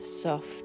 Soft